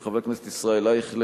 הצעתו של חבר הכנסת ישראל אייכלר.